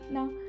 Now